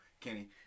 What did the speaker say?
Kenny